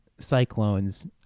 Cyclones